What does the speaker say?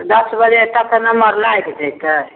दस बजे तक नम्बर लागि जेतै